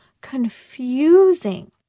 confusing